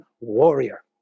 warrior